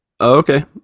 okay